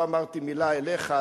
לא אמרתי מלה אליך,